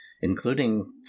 including